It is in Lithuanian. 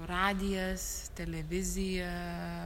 radijas televizija